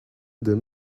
dim